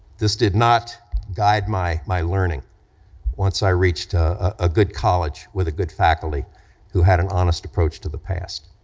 this did not guide my my learning once i reached ah a good college with a good faculty who had an honest approach to the past.